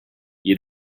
you